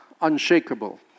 unshakable